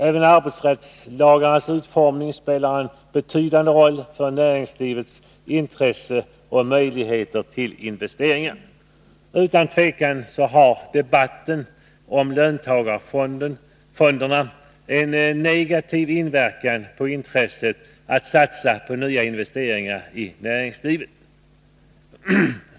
Även arbetsrättslagens utformning spelar en betydande roll för näringslivets intresse och möjligheter till investeringar. Utan tvivel har debatten om löntagarfonderna en negativ inverkan på intresset för att satsa på nya investeringar i näringslivet.